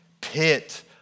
pit